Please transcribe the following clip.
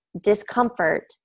discomfort